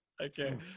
okay